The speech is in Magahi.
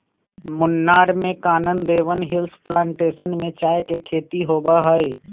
मुन्नार में कानन देवन हिल्स प्लांटेशन में चाय के खेती होबा हई